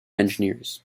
engineers